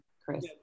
Chris